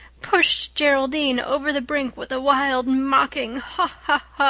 pushed geraldine over the brink with a wild, mocking, ha